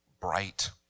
bright